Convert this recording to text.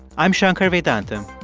i'm shankar vedantam,